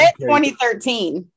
2013